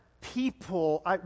people